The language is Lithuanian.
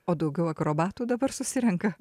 o daugiau akrobatų dabar susirenka